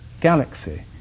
galaxy